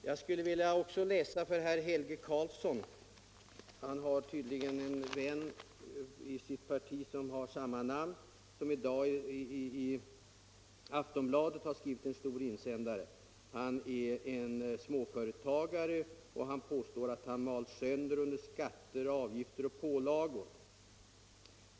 Jag skulle också vilja läsa upp ett stycke för herr Helge Karlsson, som tydligen har en vän inom partiet med samma namn. Denne har i dag skrivit en lång insändare i Aftonbladet. Han är småföretagare och påstår att han malts sönder under skatter, avgifter och pålagor.